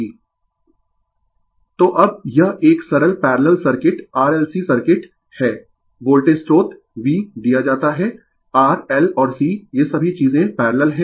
Refer slide Time 0113 तो अब यह एक सरल पैरलल सर्किट RLC सर्किट है वोल्टेज स्रोत V दिया जाता है R L और C ये सभी चीजें पैरलल है